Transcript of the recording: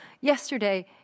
yesterday